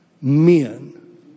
men